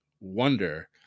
wonder